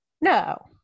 No